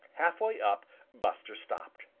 halfway up buster stopped.